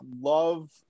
love